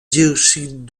dioxyde